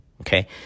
okay